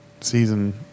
season